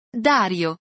Dario